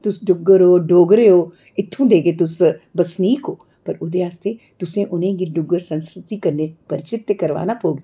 तुस डुग्गर ओह् डोगरे ओ इत्थूं दे गै तुस बसनीक ओ पर ओह्दे आस्तै तुसें उ'नेंगी डुग्गर संस्कृति कन्नै परिचत ते करवाना पौग न